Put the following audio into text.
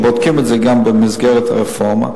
בודקים את זה גם במסגרת הרפורמה,